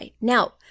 now